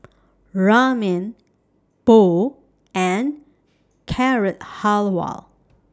Ramen Pho and Carrot Halwa